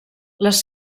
les